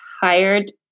hired